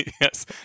Yes